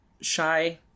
shy